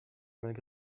mes